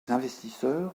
investisseurs